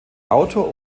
autor